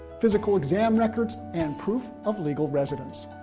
physical exam records, and proof of legal residence.